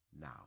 now